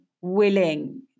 willing